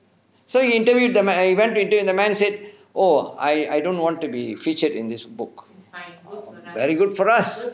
so he interviewed the man I went to interview the man said oh I I don't want to be featured in this book very good for us